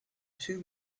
two